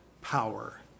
power